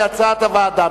כהצעת הוועדה.